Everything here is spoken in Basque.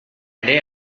ere